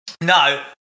No